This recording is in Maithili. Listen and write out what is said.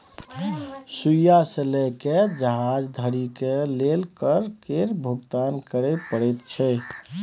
सुइया सँ लए कए जहाज धरि लेल कर केर भुगतान करय परैत छै